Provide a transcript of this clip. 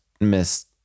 miss